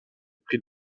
pris